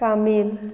Camille